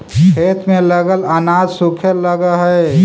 खेत में लगल अनाज सूखे लगऽ हई